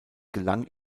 gelang